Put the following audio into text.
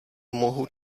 mohu